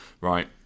right